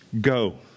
go